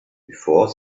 before